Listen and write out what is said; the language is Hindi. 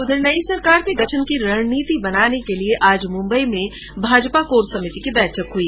उधर नई सरकार के गठन की रणनीति बनाने के लिए आज मुंबई में भाजपा कोर समिति की बैठक हई